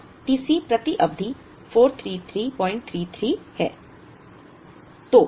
अब T C प्रति अवधि 43333 है